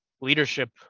leadership